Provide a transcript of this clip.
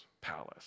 palace